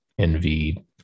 NV